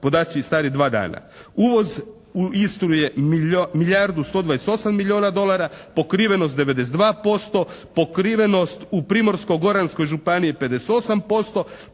podaci stari 2 dana. Uvoz u Istri je milijardu 128 milijuna dolara, pokrivenost 92%. Pokrivenost u Primorsko-goranskoj županiji je 58%.